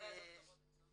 להגיד